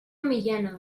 millena